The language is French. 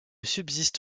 subsiste